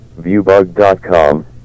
ViewBug.com